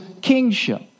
kingship